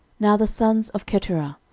now the sons of keturah,